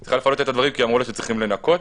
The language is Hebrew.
היא צריכה לפנות את הדברים כי אמרו לה שצריכים לנקות,